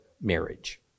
marriage